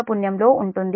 పున్యం లో ఉంటుంది